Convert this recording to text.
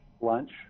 lunch